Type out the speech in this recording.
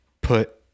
put